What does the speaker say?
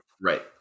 Right